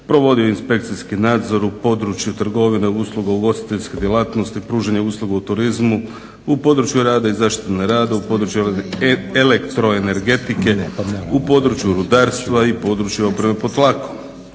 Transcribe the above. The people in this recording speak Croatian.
provodi inspekcijski nadzor u području trgovine usluga u ugostiteljskoj djelatnosti, pružanje usluga u turizmu, u području rada i zaštite na radu, u području elektroenergetike, u području rudarstva i području opreme pod tlakom."